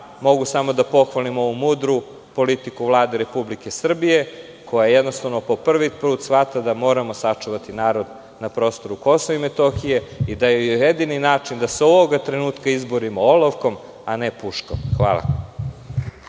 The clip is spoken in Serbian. mogu da pohvalim ovu mudru politiku Vlade Republike Srbije, koja jednostavno po prvi put shvata da moramo sačuvati narod na prostoru Kosova i Metohije i da je jedini način da se ovog trenutka izborimo olovkom, a ne puškom. Hvala.